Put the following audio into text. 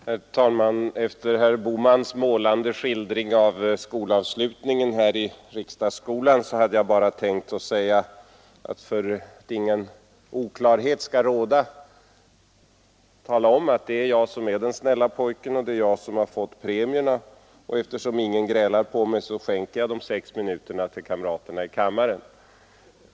Herr talman! Efter herr Bohmans målande skildring av skolavslutningen här i riksdagsskolan hade jag bara, för att ingen oklarhet skall råda, tänkt tala om att det är jag som är den snälle pojken och att det är jag som fått premierna. Eftersom ingen grälar på mig, så hade jag tänkt skänka de sex minuterna till kamraterna i kammaren.